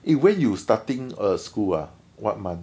eh when you starting uh school ah what month